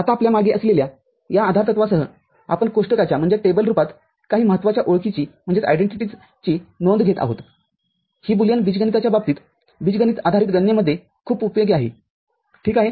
आता आपल्या मागे असलेल्या या आधारतत्वासहआपण कोष्टकाच्या रूपात काही महत्वाच्या ओळखीची नोंद घेत आहोत ही बुलियन बीजगणिताच्या बाबतीत बीजगणित आधारित गणनेमध्येखूप उपयोगी आहे ठीक आहे